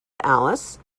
alice